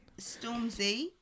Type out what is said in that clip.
Stormzy